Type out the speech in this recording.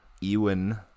ewan